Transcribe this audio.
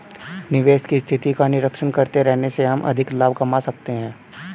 निवेश की स्थिति का निरीक्षण करते रहने से हम अधिक लाभ कमा सकते हैं